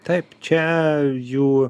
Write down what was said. taip čia jų